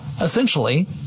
Essentially